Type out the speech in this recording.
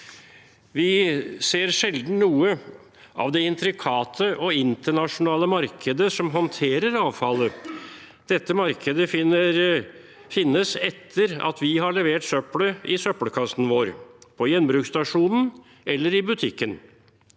Vi ser sjelden noe av det intrikate og internasjonale markedet som håndterer avfallet. Dette markedet finnes etter at vi har levert søppelet i søppelkassen vår, på gjenbruksstasjonen eller i butikken.